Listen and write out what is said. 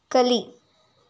ಕಲಿ